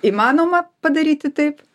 įmanoma padaryti taip